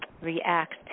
react